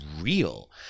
real